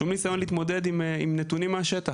שום ניסיון להתמודד עם נתונים מהשטח.